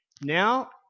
Now